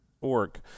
org